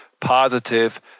positive